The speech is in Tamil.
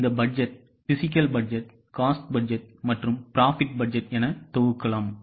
இப்போது இந்த budget physical budget cost budget மற்றும் profit பட்ஜெட் என தொகுக்கலாம்